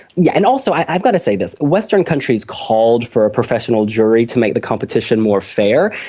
yeah and also, i've got to say this, western countries called for a professional jury to make the competition more fair,